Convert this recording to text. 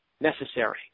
necessary